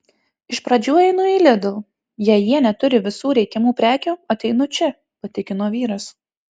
iš pradžių einu į lidl jei jie neturi visų reikiamų prekių ateinu čia patikino vyras